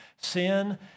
Sin